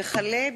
הצעת